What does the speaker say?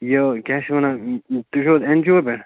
یہِ کیٛاہ چھِ ونان تُہی چھِوٕ این جی او پٮ۪ٹھ